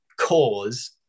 cause